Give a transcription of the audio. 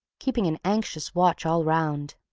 keeping an anxious watch all round.